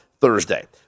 Thursday